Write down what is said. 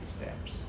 steps